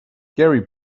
gary